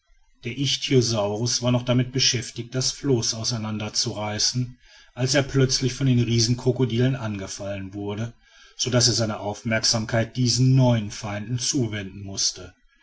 der ichthyosaurus war noch damit beschäftigt das floß auseinander zu reißen als er plötzlich von den riesenkrokodilen angefallen wurde sodaß er seine aufmerksamkeit diesen neuen feinden zuwenden mußte